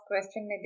question